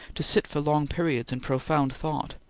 to sit for long periods in profound thought,